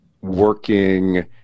working